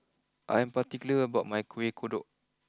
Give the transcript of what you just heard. I am particular about my Kuih Kodok